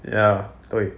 ya 对